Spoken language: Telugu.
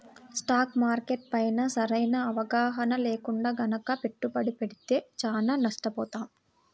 స్టాక్ మార్కెట్ పైన సరైన అవగాహన లేకుండా గనక పెట్టుబడి పెడితే చానా నష్టపోతాం